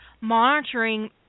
monitoring